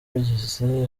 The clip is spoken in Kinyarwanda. bigeze